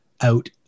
out